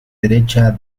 derecha